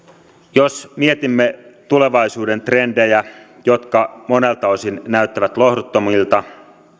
jos mietimme tulevaisuuden trendejä jotka monelta osin näyttävät lohduttomilta